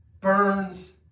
burns